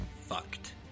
fucked